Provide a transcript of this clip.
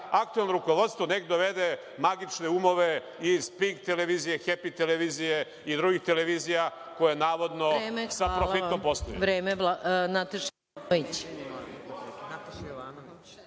aktuelno rukovodstvo, neka dovede magične umove iz Pink televizije, Hepi televizije, i drugih televizija koje navodno samoprofitno posluju.